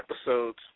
episodes